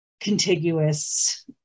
contiguous